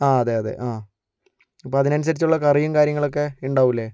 ആ അതെ അതെ ആ അപ്പോൾ അതിനനുസരിച്ചുള്ള കറിയും കാര്യങ്ങളൊക്കെ ഉണ്ടാവൂല്ലേ